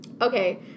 Okay